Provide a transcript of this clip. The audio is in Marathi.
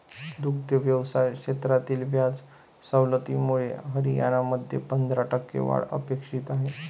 दुग्ध व्यवसाय क्षेत्रातील व्याज सवलतीमुळे हरियाणामध्ये पंधरा टक्के वाढ अपेक्षित आहे